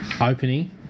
Opening